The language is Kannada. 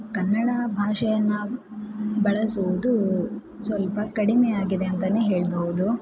ಕನ್ನಡ ಭಾಷೆಯನ್ನು ಬಳಸುವುದು ಸ್ವಲ್ಪ ಕಡಿಮೆಯಾಗಿದೆ ಅಂತಲೇ ಹೇಳಬಹುದು